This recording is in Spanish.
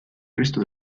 resto